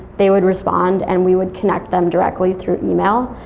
they would respond and we would connect them directly through e-mail,